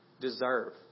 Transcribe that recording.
deserve